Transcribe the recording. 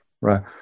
right